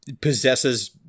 possesses